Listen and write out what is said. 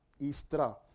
Istra